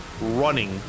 running